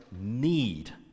need